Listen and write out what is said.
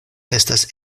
estas